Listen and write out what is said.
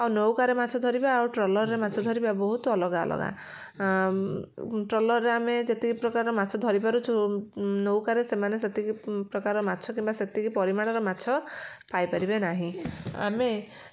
ଆଉ ନୌକାରେ ମାଛ ଧରିବା ଆଉ ଟ୍ରଲରରେ ମାଛ ଧରିବା ବହୁତ ଅଲଗା ଅଲଗା ଟ୍ରଲରରେ ଆମେ ଯେତିକି ପ୍ରକାର ମାଛ ଧରି ପାରୁଛୁ ନୌକାରେ ସେମାନେ ସେତିକି ପ୍ରକାର ମାଛ କିମ୍ବା ସେତିକି ପରିମାଣର ମାଛ ପାଇପାରିବେ ନାହିଁ ଆମେ